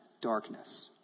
darkness